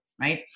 Right